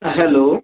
hello